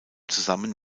zusammen